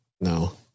No